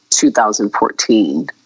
2014